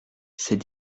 c’est